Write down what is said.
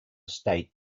state